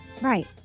Right